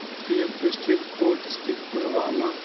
تریٚیِم ڈِسٹرک گوٚو ڈِسٹرک پُلوامہ